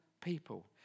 people